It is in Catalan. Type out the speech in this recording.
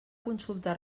consulta